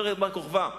מרד בר-כוכבא,